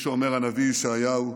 כפי שאומר הנביא ישעיהו: